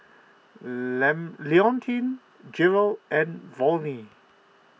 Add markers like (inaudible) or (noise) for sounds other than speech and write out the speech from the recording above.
(unintelligible) Leontine Jerrell and Volney